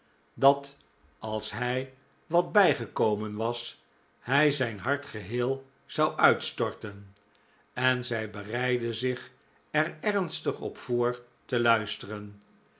dat als hij wat bijgekomen was hij zijn hart geheel zou uitstorten en zij bereidde zich er ernstig op voor te luisteren